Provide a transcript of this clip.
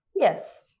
yes